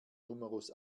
numerus